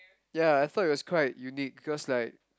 ya I thought it was quite unique because like